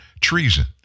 Treason